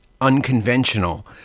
unconventional